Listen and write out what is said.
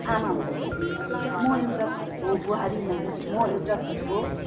आमा मान्छे म एउटा घरको बुहारी मान्छे म एउटा घरको